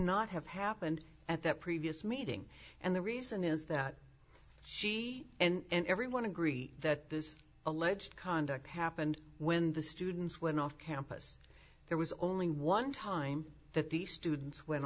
not have happened at that previous meeting and the reason is that she and everyone agree that this alleged conduct happened when the students went off campus there was only one time that the students wen